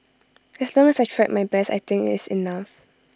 as long as I tried my best I think IT is enough